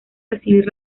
recibir